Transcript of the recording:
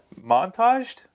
montaged